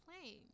playing